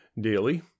Daily